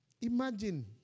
Imagine